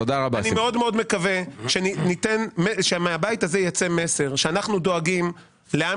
אני מאוד מקווה שמהבית הזה יצא מסר שאנחנו דואגים לעם